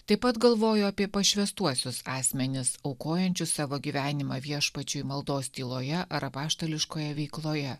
taip pat galvoju apie pašvęstuosius asmenis aukojančius savo gyvenimą viešpačiui maldos tyloje ar apaštališkoje veikloje